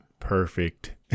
perfect